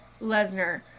Lesnar